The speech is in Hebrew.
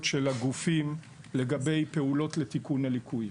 של הגופים לגבי פעולות לתיקון הליקוי.